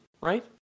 right